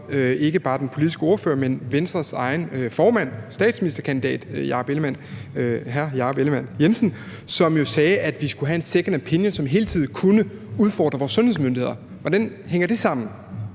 ikke bare den politiske ordfører, men Venstres egen formand, statsministerkandidaten hr. Jakob Ellemann-Jensen, som sagde, at vi skulle have en second opinion, som hele tiden kunne udfordre vores sundhedsmyndigheder. Hvordan hænger det sammen?